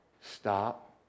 stop